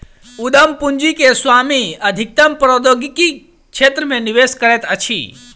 उद्यम पूंजी के स्वामी अधिकतम प्रौद्योगिकी क्षेत्र मे निवेश करैत अछि